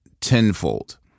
tenfold